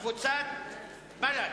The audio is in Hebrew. ההסתייגות של קבוצת בל"ד,